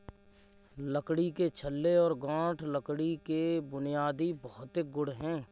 लकड़ी के छल्ले और गांठ लकड़ी के बुनियादी भौतिक गुण हैं